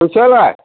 फैसायालाय